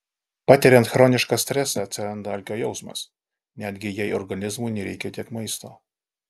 patiriant chronišką stresą atsiranda alkio jausmas netgi jei organizmui nereikia tiek maisto